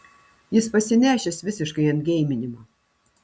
jis pasinešęs visiškai ant geiminimo